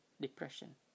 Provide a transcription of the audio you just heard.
depression